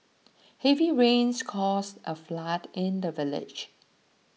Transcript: heavy rains caused a flood in the village